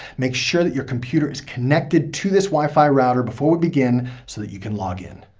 make sure that your computer is connected to this wifi router before we begin so that you can log in.